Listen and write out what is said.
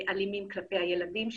אלימים כלפי הילדים שלהם.